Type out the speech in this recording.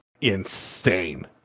insane